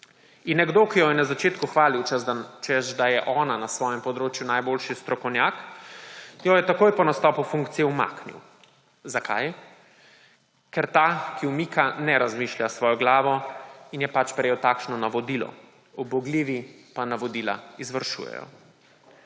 In nekdo, ki jo je na začetku hvalil, češ da je ona na svojem področju najboljši strokovnjak, jo je takoj po nastopu funkcije umaknil. Zakaj? Ker ta, ki umika, ne razmišlja s svojo glavo in je pač prejel takšno navodilo, ubogljivi pa navodila izvršujejo.